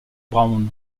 brown